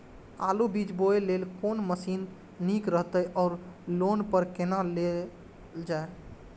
आलु बीज बोय लेल कोन मशीन निक रहैत ओर लोन पर केना लेल जाय?